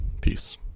peace